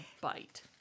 bite